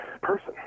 person